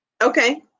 Okay